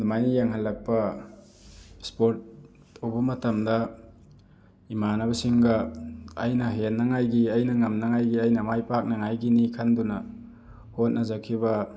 ꯑꯗꯨꯃꯥꯏꯅ ꯌꯦꯡꯍꯜꯂꯛꯄ ꯏꯁꯄꯣꯔꯠ ꯇꯧꯕ ꯃꯇꯝꯗ ꯏꯃꯥꯟꯅꯕꯁꯤꯡꯒ ꯑꯩꯅ ꯍꯦꯟꯅꯉꯥꯏꯒꯤ ꯑꯩꯅ ꯉꯝꯅꯉꯥꯏꯒꯤ ꯑꯩꯅ ꯃꯥꯏ ꯄꯥꯛꯅꯉꯥꯏꯒꯤꯅꯤ ꯈꯟꯗꯨꯅ ꯍꯣꯠꯅꯖꯈꯤꯕ